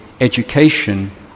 education